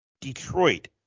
Detroit